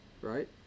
right